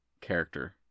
character